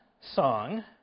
song